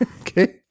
Okay